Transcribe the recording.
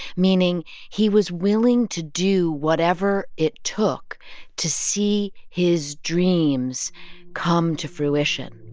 meaning he was willing to do whatever it took to see his dreams come to fruition